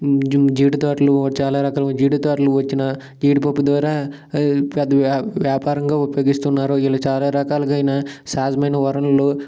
జీడి తోటలు చాలా రకాలుగా జీడి తోటలు వచ్చిన జీడి పప్పు ద్వారా పెద్ద వ్య వ్యాపారంగా ఉపయోగిస్తున్నారు ఇళ్ళు చాలా రకాలుగైన సహజమైన వనరులు